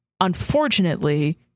unfortunately